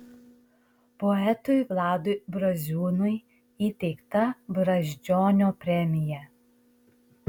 poetui vladui braziūnui įteikta brazdžionio premija